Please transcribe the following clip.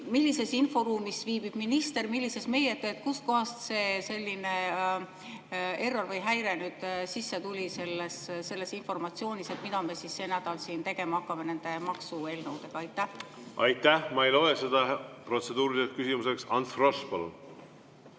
Millises inforuumis viibib minister, millises viibime meie? Kust kohast sellineerrorvõi häire nüüd sisse tuli selles informatsioonis, mida me siis see nädal siin tegema hakkame nende maksueelnõudega? Aitäh! Ma ei loe seda protseduuriliseks küsimuseks. Ants